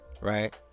Right